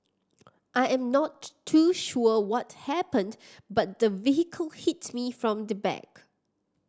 I am not too sure what happened but the vehicle hit me from the back